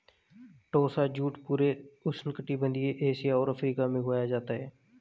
टोसा jute पूरे उष्णकटिबंधीय Asia और अफ्रीका में उगाया जाता है